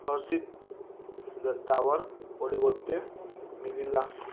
Hershey's Dabur ପରିବର୍ତ୍ତେ ମିଳିଲା